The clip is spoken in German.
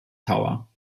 tower